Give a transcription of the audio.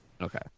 Okay